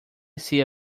sea